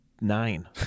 nine